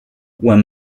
were